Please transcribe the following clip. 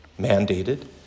mandated